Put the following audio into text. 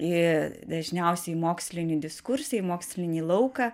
į dažniausiai į mokslinį diskursą į mokslinį lauką